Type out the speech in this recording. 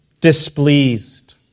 displeased